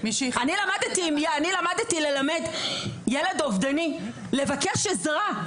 למדתי ללמד ילד אובדני לבקש עזרה.